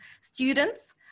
students